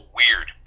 weird